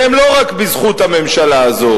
והם לא רק בזכות הממשלה הזו,